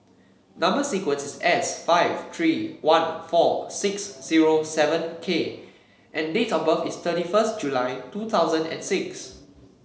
number sequence is S five three one four six zero seven K and date of birth is thirty first July two thousand and six